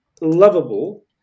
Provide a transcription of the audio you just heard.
lovable